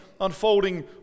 unfolding